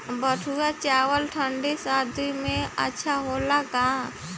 बैठुआ चावल ठंडी सह्याद्री में अच्छा होला का?